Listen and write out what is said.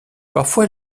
parfois